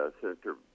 Senator